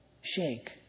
shake